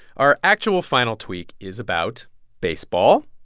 our actual final tweak is about baseball.